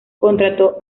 contrató